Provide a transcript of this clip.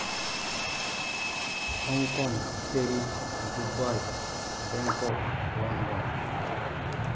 Hong Kong Paris Dubai Bangkok London